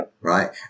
right